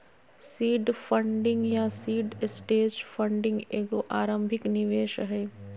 seed funding या seed stage funding एगो आरंभिक निवेश हइ